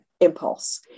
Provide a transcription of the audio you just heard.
impulse